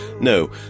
No